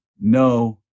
no